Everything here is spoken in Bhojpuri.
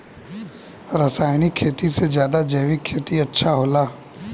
रासायनिक खेती से ज्यादा जैविक खेती अच्छा होला